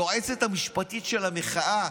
היא היועצת המשפטית של המחאה.